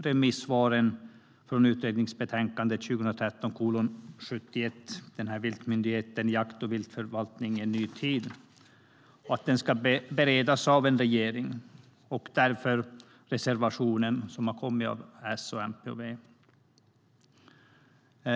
Remissvaren från utredningsbetänkandet Viltmyndigheten, - jakt och viltförvaltning i en ny tid ska också beredas av regeringen. Därav reservationen från S, MP och V.